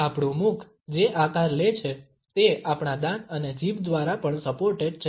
આપણું મુખ જે આકાર લે છે તે આપણા દાંત અને જીભ દ્વારા પણ સપોર્ટેડ છે